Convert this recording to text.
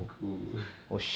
cool